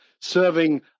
serving